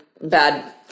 bad